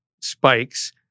spikes